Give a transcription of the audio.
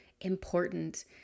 important